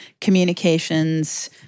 communications